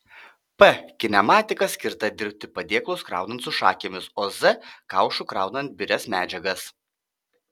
p kinematika skirta dirbti padėklus kraunant su šakėmis o z kaušu kraunant birias medžiagas